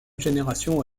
génération